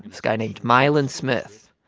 this guy named milan smith.